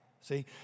See